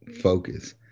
focus